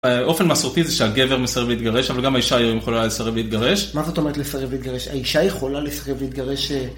אופן מסורתי זה שהגבר מסרב להתגרש אבל גם האישה היום יכולה לסרב להתגרש. מה זאת אומרת לסרב להתגרש? האישה יכולה לסרב להתגרש